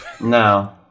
No